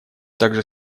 также